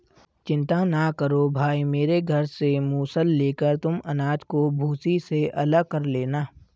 चिंता ना करो भाई मेरे घर से मूसल लेकर तुम अनाज को भूसी से अलग कर लेना